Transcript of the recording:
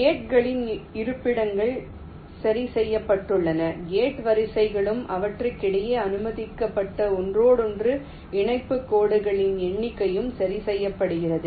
கேட்களின் இருப்பிடங்கள் சரி செய்யப்பட்டுள்ள கேட் வரிசைகளுக்கும் அவற்றுக்கிடையே அனுமதிக்கப்பட்ட ஒன்றோடொன்று இணைப்புக் கோடுகளின் எண்ணிக்கையும் சரி செய்யப்படுகிறது